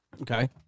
Okay